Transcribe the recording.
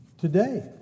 Today